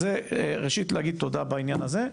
אז, ראשית, להגיד תודה בעניין הזה,